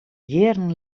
jierren